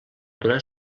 donar